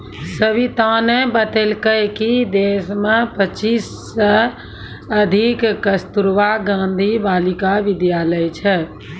सविताने बतेलकै कि देश मे पच्चीस सय से अधिक कस्तूरबा गांधी बालिका विद्यालय छै